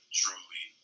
truly